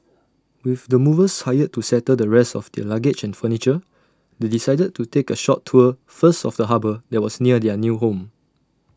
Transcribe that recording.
with the movers hired to settle the rest of their luggage and furniture they decided to take A short tour first of the harbour that was near their new home